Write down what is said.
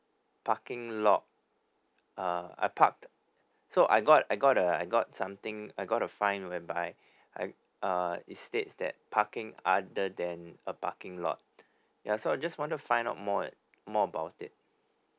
parking lot uh I parked so I got I got the I got something I got a fine whereby I uh it states that parking other than a parking lot ya so just wanted to find out more and more about it